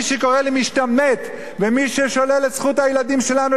מי ששולל את זכות הילדים שלנו להיוולד ומי שקורא